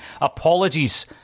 apologies